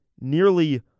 nearly